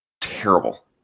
terrible